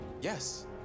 Yes